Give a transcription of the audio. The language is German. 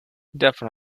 davon